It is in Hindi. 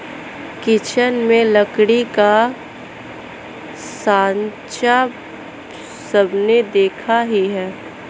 किचन में लकड़ी का साँचा सबने देखा ही है